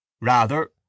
Rather